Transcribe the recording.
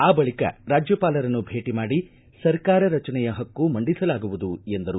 ಆ ಬಳಿಕ ರಾಜ್ಯಪಾಲರನ್ನು ಭೇಟ ಮಾಡಿ ಸರ್ಕಾರ ರಚನೆಯ ಹಕ್ಕು ಮಂಡಿಸಲಾಗುವುದು ಎಂದರು